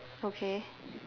okay